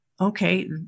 okay